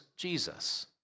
Jesus